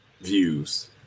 views